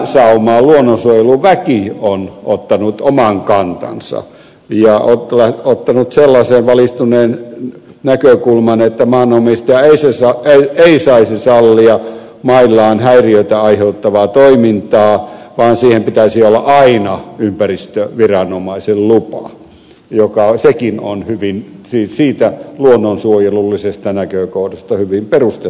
tähän saumaan luonnonsuojeluväki on ottanut oman kantansa ja ottanut sellaisen valistuneen näkökulman että maanomistaja ei saisi sallia maillaan häiriötä aiheuttavaa toimintaa vaan siihen pitäisi olla aina ympäristöviranomaisen lupa mikä sekin on siitä luonnonsuojelullisesta näkökohdasta hyvin perusteltu mielipide